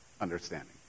understanding